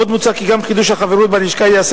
עוד מוצע כי גם חידוש החברות בלשכה ייעשה